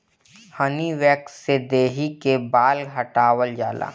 हनी wax से देहि कअ बाल हटावल जाला